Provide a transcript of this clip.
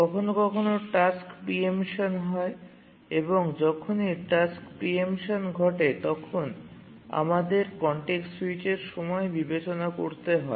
কখন কখন task preemption হয় এবং যখনই টাস্ক প্রি এম্পশন ঘটে তখন আমাদের কনটেক্সট স্যুইচের সময় বিবেচনা করতে হয়